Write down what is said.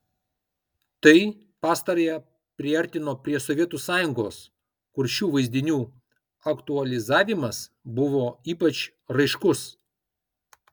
tai pastarąją priartino prie sovietų sąjungos kur šių vaizdinių aktualizavimas buvo ypač raiškus